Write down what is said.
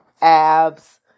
abs